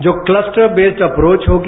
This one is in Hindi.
जो क्लस्टर बेस अप्रोच होगी